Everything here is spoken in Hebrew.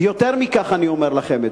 ויותר מכך, אני אומר לכם: